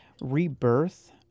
Rebirth